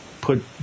put